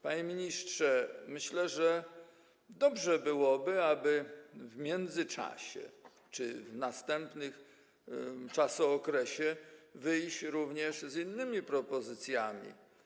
Panie ministrze, myślę, że dobrze byłoby w międzyczasie czy w następnym czasokresie wyjść również z innymi propozycjami.